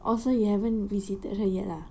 oh so you haven't visited her yet lah